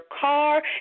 car